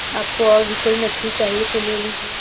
आपको और भी कोई मछली चाहिए तो ले लीजिए